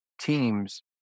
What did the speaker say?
teams